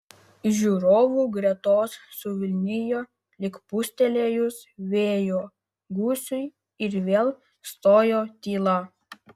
žiūrovų gretos suvilnijo lyg pūstelėjus vėjo gūsiui ir vėl stojo tyla